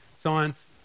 science